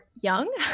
young